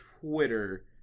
Twitter